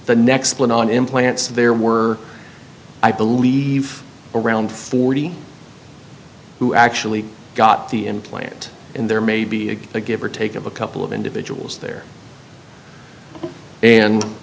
the next point on implants there were i believe around forty who actually got the implant in there maybe a give or take a couple of individuals there and